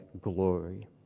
glory